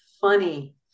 funny